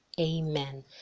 amen